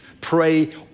Pray